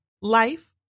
life